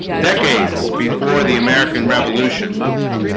decades before the american revolution